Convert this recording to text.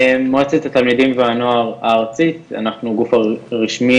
מועצת התלמידים והנוער הארצית אנחנו הגוף הרשמי